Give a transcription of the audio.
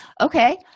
Okay